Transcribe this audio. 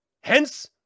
hence